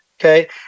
Okay